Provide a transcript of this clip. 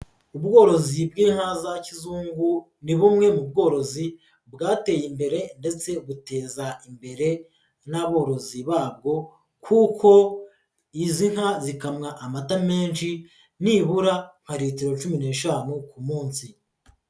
Ubworozi bw'inka za kizungu ni bumwe mu bworozi bwateye imbere ndetse buteza imbere n'aborozi babwo kuko izi nka zikamwa amata menshi nibura nka litero cumi n'eshanu ku munsi.